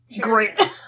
Great